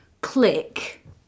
click